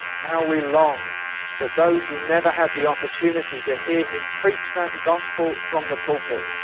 how we long that those who never had the opportunity to hear him preach that gospel from the pulpit,